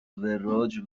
وراج